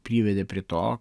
privedė prie to